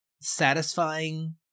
satisfying